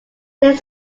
lives